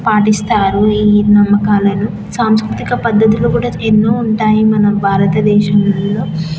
పాటిస్తారు ఈ నమ్మకాలను సాంస్కృతిక పద్ధతులు కూడా ఎన్నో ఉంటాయి మన భారత దేశంలో